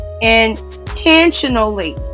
intentionally